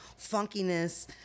funkiness